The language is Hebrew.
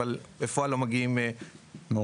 אבל בפועל לא מגיעים מורים.